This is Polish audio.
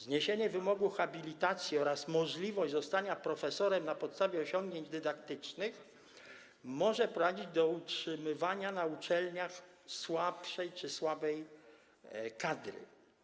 Zniesienie wymogu habilitacji oraz możliwość zostania profesorem na podstawie osiągnięć dydaktycznych może prowadzić do utrzymywania na uczelniach słabszej czy słabej kadry.